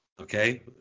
Okay